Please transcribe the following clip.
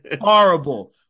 Horrible